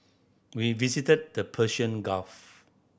we visited the Persian Gulf